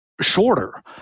shorter